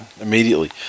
immediately